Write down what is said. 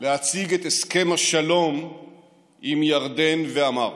להציג את הסכם השלום עם ירדן, ואמר: